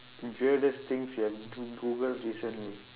weirdest things you have Goo~ Googled recently